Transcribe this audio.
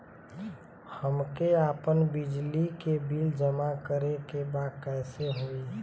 हमके आपन बिजली के बिल जमा करे के बा कैसे होई?